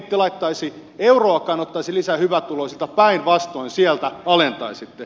ette euroakaan ottaisi lisää hyvätuloisilta päinvastoin sieltä alentaisitte